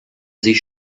sich